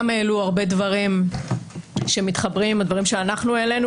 גם הם העלו הרבה דברים שמתחברים עם הדברים שאנחנו העלינו.